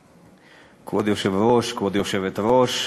הכנסת, כבוד היושבת-ראש,